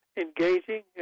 engaging